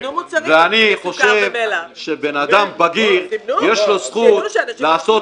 היות ואני חושב שבן אדם בגיר יש לו זכות לעשות